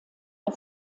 der